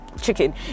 chicken